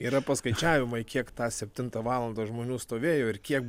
yra paskaičiavimai kiek tą septintą valandą žmonių stovėjo ir kiek